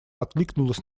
откликнулась